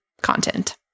content